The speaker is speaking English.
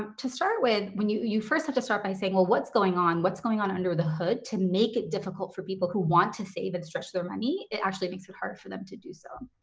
to start with, you you first have to start by saying, well, what's going on? what's going on under the hood to make it difficult for people who want to save and stretch their money, it actually makes it hard for them to do so.